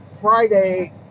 Friday